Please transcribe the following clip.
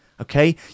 okay